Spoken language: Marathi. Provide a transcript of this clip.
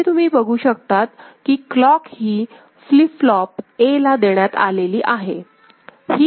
इथे तुम्ही बघू शकतात की क्लॉक ही फ्लीप फ्लोप A ला देण्यात आलेली आहे